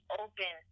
open